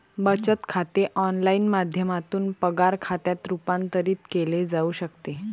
बचत खाते ऑनलाइन माध्यमातून पगार खात्यात रूपांतरित केले जाऊ शकते